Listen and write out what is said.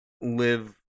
live